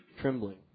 trembling